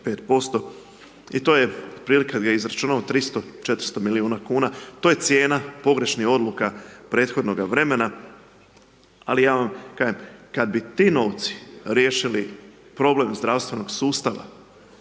i to je otprilike, kad bi izračunao, 300, 400 milijuna kuna. To je cijena pogrešnih odluka prethodnoga vremena, ali ja vam kažem, kad bi ti novci riješili problem zdravstvenog sustava,